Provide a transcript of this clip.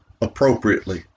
appropriately